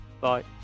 Bye